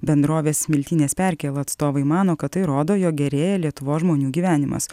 bendrovės smiltynės perkėla atstovai mano kad tai rodo jog gerėja lietuvos žmonių gyvenimas